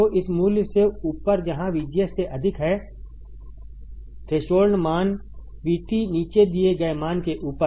तो इस मूल्य से ऊपर जहां VGS से अधिक है थ्रेशोल्ड मान VT नीचे दिए गए मान के ऊपर